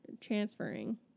transferring